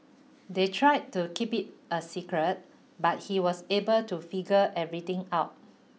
they tried to keep it a secret but he was able to figure everything out